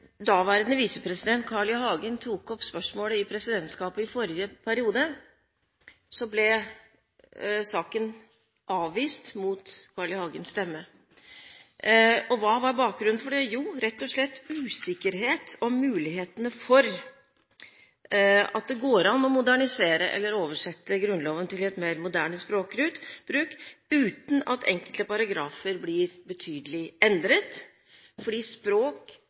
daværende visepresident Carl I. Hagen tok opp spørsmålet i presidentskapet i forrige periode, ble saken avvist, mot Carl I. Hagens stemme. Hva var bakgrunnen for det? Rett og slett usikkerhet om mulighetene for at det går an å modernisere, eller oversette, Grunnloven til mer moderne språkbruk uten at enkelte paragrafer blir betydelig endret. Språk